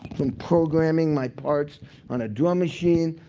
but i'm programming my parts on a drum machine.